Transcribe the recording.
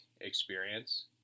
experience